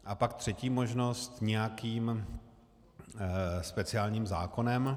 A pak třetí možnost, nějakým speciálním zákonem.